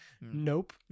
Nope